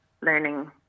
learning